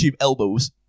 elbows